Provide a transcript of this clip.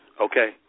okay